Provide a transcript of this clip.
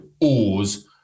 oars